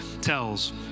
tells